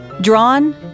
drawn